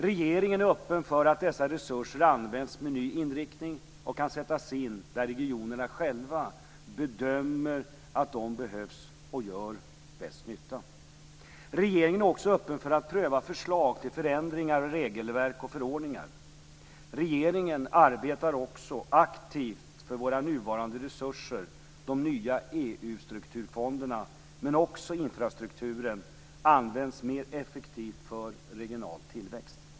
Regeringen är öppen för att dessa resurser används med ny inriktning och kan sättas in där regionerna själva bedömer att de behövs och gör bäst nytta. Regeringen är också öppen för att pröva förslag till förändringar av regelverk och förordningar. Regeringen arbetar också aktivt för våra nuvarande resurser, de nya EU-strukturfonderna. Men också infrastrukturen används mer effektivt för regional tillväxt.